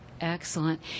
Excellent